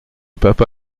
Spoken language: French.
papa